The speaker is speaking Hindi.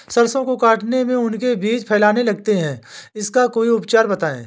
सरसो को काटने में उनके बीज फैलने लगते हैं इसका कोई उपचार बताएं?